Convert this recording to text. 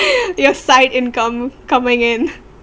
your side income coming in